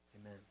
Amen